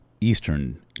Eastern